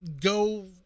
go